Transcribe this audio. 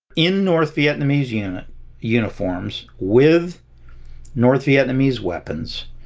in north vietnamese yeah and uniforms with north vietnamese weapons.